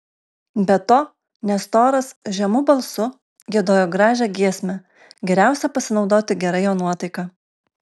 be to nestoras žemu balsu giedojo gražią giesmę geriausia pasinaudoti gera jo nuotaika